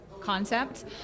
concept